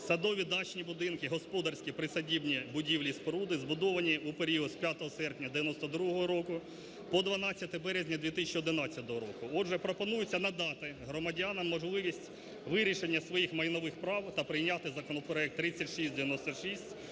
садові дачні будинки, господарські присадибні будівлі і споруди, збудовані у період з 5 серпня 1992 року по 12 березня 2011 року. Отже, пропонується надати громадянам можливість вирішення своїх майнових прав та прийняти законопроект 3696